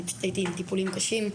אני פשוט הייתי בטיפולים קשים,